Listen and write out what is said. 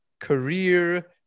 career